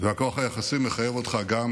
והכוח היחסי מחייב אותך גם